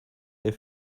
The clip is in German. der